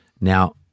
Now